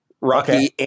Rocky